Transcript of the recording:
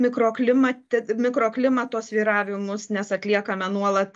mikroklimate mikroklimato svyravimus nes atliekame nuolat